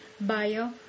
bio